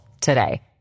today